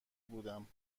بودم